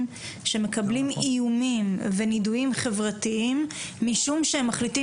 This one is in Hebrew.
שמקבלים איומים ונידויים חברתיים משום שהם מחליטים